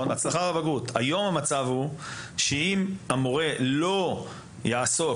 המצב היום הוא שאם המורה לא יעסוק,